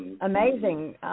amazing